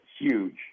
huge